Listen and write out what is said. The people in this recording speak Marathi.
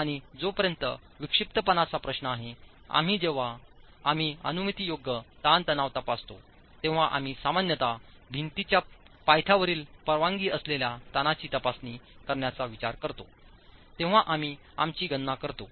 आणि जोपर्यंत विक्षिप्तपणाचा प्रश्न आहे आम्ही जेव्हा आम्ही अनुमतीयोग्य ताणतणाव तपासतो तेव्हा आम्ही सामान्यत भिंतीच्या पायथ्यावरील परवानगी असलेल्या ताणांची तपासणी करण्याचा विचार करतो तेव्हा आम्ही आमची गणना करतो